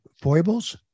foibles